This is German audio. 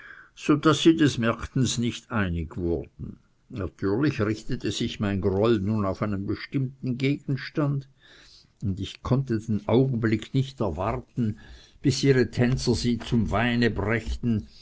so daß sie des märtens nicht einig wurden natürlich richtete sich mein groll nun auf einen bestimmten gegenstand und ich konnte den augenblick nicht erwarten bis ihre tänzer sie zum weine brächten